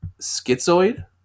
schizoid